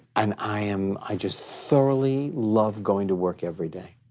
and i um i just thoroughly love going to work every day.